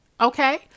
okay